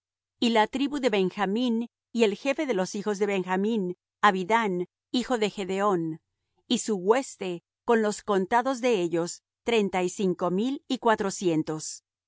y la tribu de benjamín y el jefe de los hijos de benjamín abidán hijo de gedeón y su hueste con los contados de ellos treinta y cinco mil y cuatrocientos